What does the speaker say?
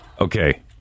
Okay